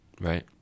Right